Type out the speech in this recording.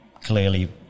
Clearly